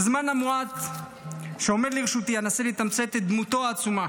בזמן המועט שעומד לרשותי אנסה לתמצת את דמותו העצומה